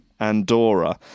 Andorra